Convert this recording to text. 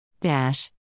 Dash